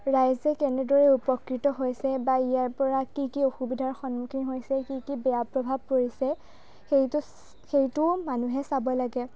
ৰাইজে কেনেদৰে উপকৃত হৈছে বা ইয়াৰ পৰা কি কি অসুবিধাৰ সন্মুখীন হৈছে কি কি বেয়া প্ৰভাৱ পৰিছে সেইটো সেইটোও মানুহে চাব লাগে